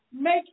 make